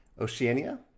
Oceania